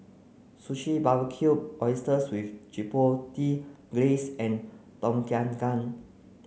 Sushi Barbecued Oysters with Chipotle Glaze and Tom Kha Gai